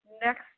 next